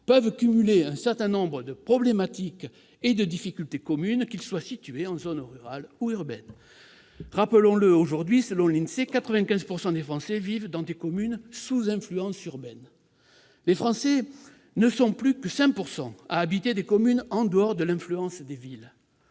peuvent cumuler un certain nombre de problématiques et difficultés communes, qu'ils soient situés en zone rurale ou en zone urbaine. Rappelons-le, selon l'INSEE, 95 % des Français vivent aujourd'hui dans des communes sous influence urbaine. Les Français ne sont donc plus que 5 % à habiter des communes en dehors de l'influence des villes.